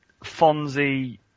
Fonzie